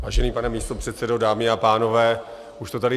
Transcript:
Vážený pane místopředsedo, dámy a pánové, už to tady zaznělo.